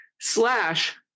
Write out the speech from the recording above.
slash